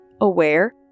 aware